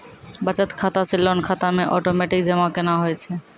बचत खाता से लोन खाता मे ओटोमेटिक जमा केना होय छै?